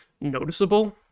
noticeable